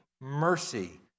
mercy